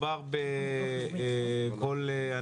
התשפ"א 2021, מ/1429.